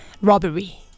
robbery